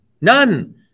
None